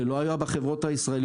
ולא היו פתרונות לחברות הישראליות.